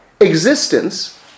existence